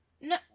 No